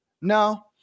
No